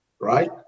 right